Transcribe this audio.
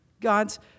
God's